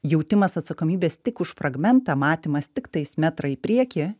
jautimas atsakomybės tik už fragmentą matymas tiktais metrą į priekį